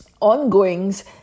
ongoings